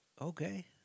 Okay